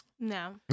No